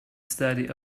study